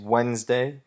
Wednesday